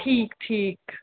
ٹھیٖک ٹھیٖک